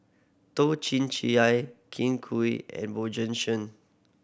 Toh Chin Chye Kin Chui and Bjorn Shen